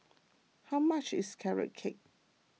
how much is Carrot Cake